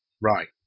right